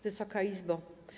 Wysoka Izbo!